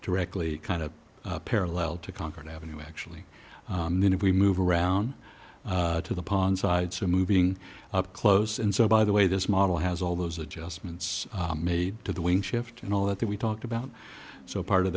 directly kind of parallel to concord avenue actually minute we move around to the pond side so moving up close and so by the way this model has all those adjustments made to the wing shift and all that that we talked about so part of